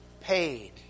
paid